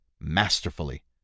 masterfully